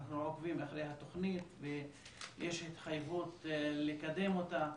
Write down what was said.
אנחנו עוקבים אחרי התוכנית ויש התחייבות לקדם אותה.